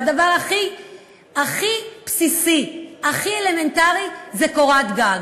והדבר הכי בסיסי, הכי אלמנטרי, זה קורת גג.